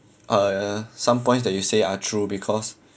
uh some points that you say are true because